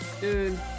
Dude